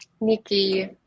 Nikki